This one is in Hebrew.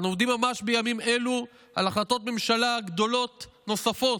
ואנו עובדים ממש בימים אלו על החלטות ממשלה גדולות נוספות,